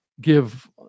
give